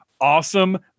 awesome